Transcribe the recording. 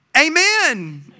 Amen